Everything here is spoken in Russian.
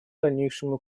дальнейшему